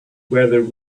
whether